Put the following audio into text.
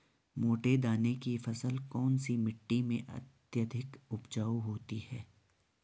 मोटे दाने की फसल कौन सी मिट्टी में अत्यधिक उपजाऊ होती है?